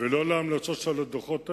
ולא להמלצות של הדוחות האלה,